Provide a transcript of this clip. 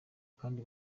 kandi